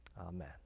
Amen